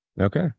Okay